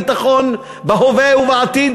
ביטחון בהווה ובעתיד